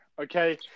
okay